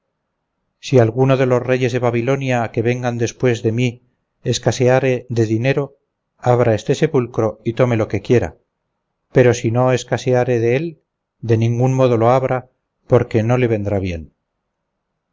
si alguno de los reyes de babilonia que vengan después de mi escaseare de dinero abra este sepulcro y tome lo que quiera pero si no escaseare de él de ningún modo lo abra porque no le vendrá bien